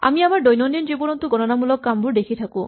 আমি আমাৰ দৈনন্দিন জীৱনতো গণনামূলক কামবোৰ দেখি থাকো